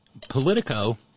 Politico